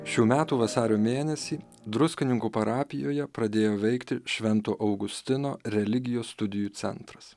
šių metų vasario mėnesį druskininkų parapijoje pradėjo veikti švento augustino religijos studijų centras